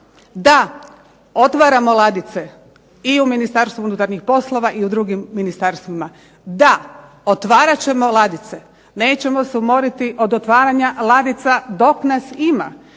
Da, otvaramo ladice i u Ministarstvu unutarnjih poslova i u drugim ministarstvima. Da, otvarat ćemo ladice, neće se umoriti od otvaranja ladica dok nas ima.